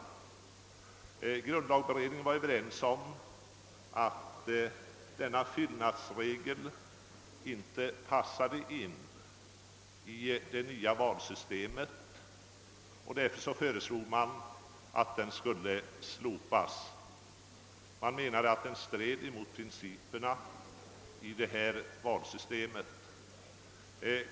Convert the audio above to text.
Inom grundlagberedningen var man enig om att denna fyllnadsregel inte passade in i det nya valsystemet, och därför föreslog man att den skulle slopas; man ansåg att den stred mot principerna i detta valsystem.